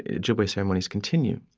ah ojibwe ceremonies, continue